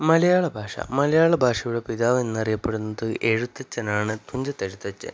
മലയാള ഭാഷ മലയാള ഭാഷയുടെ പിതാവ് എന്ന് അറിയപ്പെടുന്നത് എഴുത്തച്ഛനാണ് തുഞ്ചത്ത് എഴുത്തച്ഛൻ